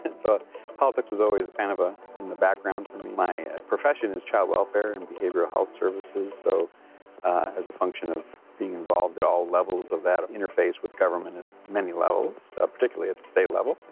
and so politics has always been ah in the background for me. my profession is child welfare and behavioral health services, so as a function of being involved at all levels of that, i interface with government at many levels, ah particularly at the state level.